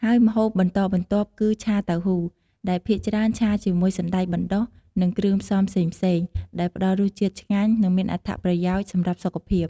ហើយម្ហូបបន្តបន្ទាប់គឺ “ឆាតៅហ៊ូ” ដែលភាគច្រើនឆាជាមួយសណ្ដែកបណ្ដុះ និងគ្រឿងផ្សំផ្សេងៗ ដែលផ្តល់រសជាតិឆ្ងាញ់ និងមានអត្ថប្រយោជន៍សម្រាប់សុខភាព។